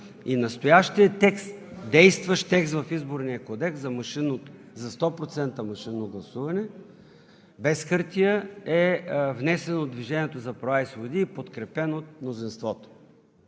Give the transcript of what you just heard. и настоящият текст, действащ текст в Изборния кодекс за 100% машинно гласуване, без хартия, е внесено от „Движението за права и свободи“ и е подкрепено от мнозинството.